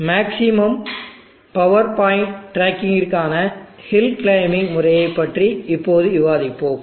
maximum power point டிராக்கிங்கிற்கான hill climbing முறையைப் பற்றி இப்போது விவாதிப்போம்